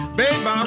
babe